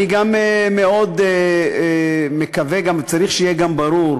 אני גם מאוד מקווה, וגם צריך שיהיה ברור,